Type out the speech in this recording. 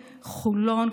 חולון,